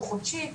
או חודשית.